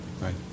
right